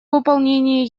выполнении